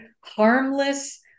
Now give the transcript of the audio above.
harmless